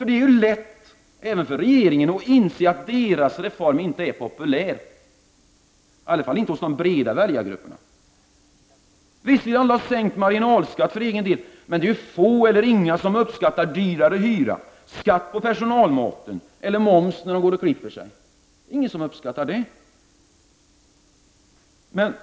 Det är lätt även för regeringen att inse att dess reform inte är så populär, i vart fall inte hos de breda väljargrupperna. Visst vill alla ha sänkt marginalskatt för egen del, men få eller inga uppskattar högre hyra, skatt på personalmaten eller moms på hårklippning. Det uppskattar som sagt ingen.